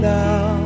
now